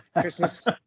Christmas